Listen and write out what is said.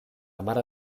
mare